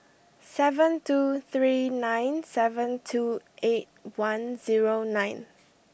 seven two three nine seven two eight one zero nine